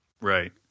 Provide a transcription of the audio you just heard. Right